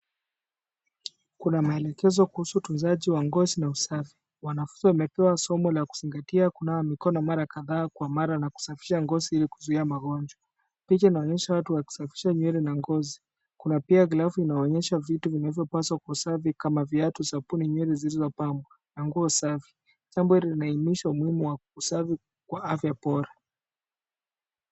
Kuna maelekezo kuhusu utunzaji wa ngozi na usafi, wanafunzi wamepewa somo la kuzingatia kunawa mikono mara kadha kwa mara na kusafisha ngozi ilikuzuia magonjwa. Picha inaonyesha watu wakisafisha nywele na ngozi, kuna pia grafu inayoonyesha vitu vilivyopaswa kuwa safi kama viatu, sabuni na nywele zilizopangwa na nguo safi, jambo hili linahimiza umuhimu wa usafi kwa afya bora.